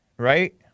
right